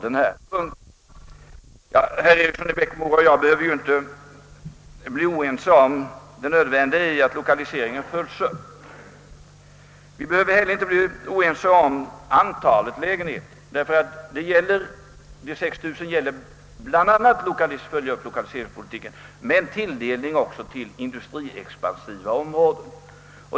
Herr Eriksson i Bäckmora och jag behöver ju inte bli oense om det nödvändiga i att lokaliseringen följs upp. Vi behöver inte heller bli oense om antalet lägenheter — de 6 000 är bl.a. avsedda att följa upp lokaliseringspolitiken men också att utgöra tilldelning till industriexpansiva orter.